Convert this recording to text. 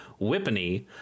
whippany